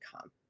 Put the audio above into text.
come